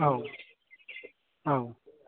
औ औ